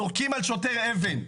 זורקים על שוטר אבן,